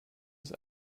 ist